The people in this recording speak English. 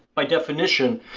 by definition,